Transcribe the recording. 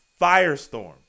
firestorm